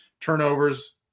turnovers